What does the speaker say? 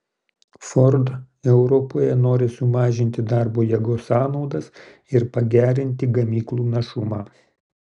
ford europoje nori sumažinti darbo jėgos sąnaudas ir pagerinti gamyklų našumą